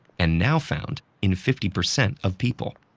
and now found in fifty percent of people.